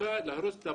האכיפה להרוס את הבתים.